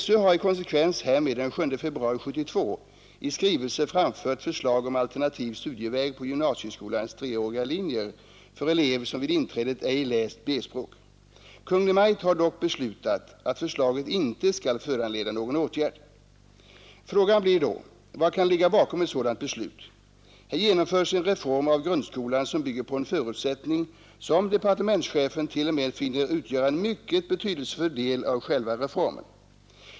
SÖ har i konsekvens härmed den 7 februari 1972 i skrivelse framfört förslag om alternativ studieväg på gymnasieskolans treåriga linjer för elev som vid inträdet ej läst B-språk. Kungl. Maj:t har dock beslutat att förslaget inte skall föranleda någon åtgärd. Frågan blir då: Vad kan ligga bakom ett sådant beslut? Här genomförs en reform av grundskolan som bygger på en förutsättning som departementschefen t.o.m. finner utgöra en mycket betydelsefull del av själva reformen.